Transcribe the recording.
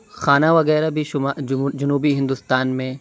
کھانا وغیرہ بھی جنوبی ہندوستان میں